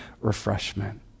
refreshment